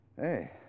Hey